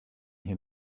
hier